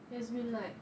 it has been like